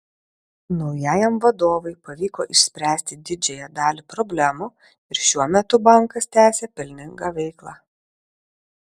naujajam vadovui pavyko išspręsti didžiąją dalį problemų ir šiuo metu bankas tęsią pelningą veiklą